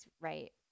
right